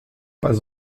pas